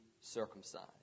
circumcised